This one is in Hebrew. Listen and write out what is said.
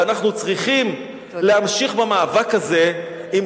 ואנחנו צריכים להמשיך במאבק הזה עם